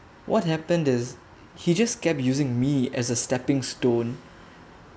what happened is he just kept using me as a stepping stone